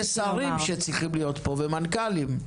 יש שרים שצריכים להיות פה ומנכ"לים.